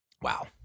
Wow